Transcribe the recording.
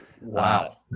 Wow